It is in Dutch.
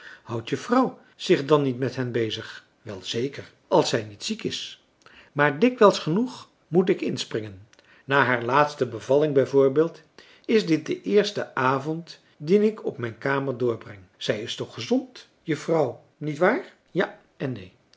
houdt je vrouw zich dan niet met hen bezig wel zeker als zij niet ziek is maar dikwijls genoeg moet ik inspringen na haar laatste bevalling bijvoorbeeld marcellus emants een drietal novellen is dit de eerste avond dien ik op mijn kamer doorbreng zij is toch gezond je vrouw niet waar ja en neen